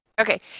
Okay